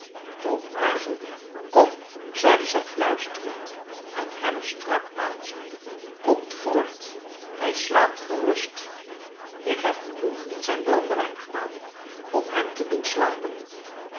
tom aarzelde kom zeide zij fluisterend en hem strak aanziende kom voort hij slaapt gerust ik heb genoeg in zijn brandewijn gedaan om hem te doen slapen